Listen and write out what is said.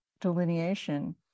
delineation